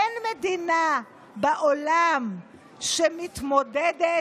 אין מדינה בעולם שמתמודדת